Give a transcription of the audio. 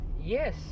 Yes